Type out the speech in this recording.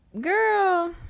Girl